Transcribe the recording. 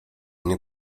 nie